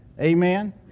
Amen